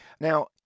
Now